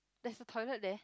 there's a toilet there